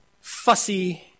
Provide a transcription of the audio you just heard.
fussy